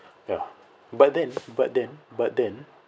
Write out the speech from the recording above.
ya but then but then but then